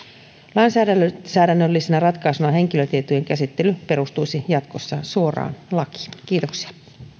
lainsäädännöllisenä lainsäädännöllisenä ratkaisuna henkilötietojen käsittely perustuisi jatkossa suoraan lakiin kiitoksia